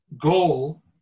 goal